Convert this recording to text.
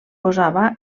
posava